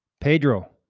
Pedro